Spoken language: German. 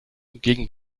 gegen